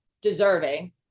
deserving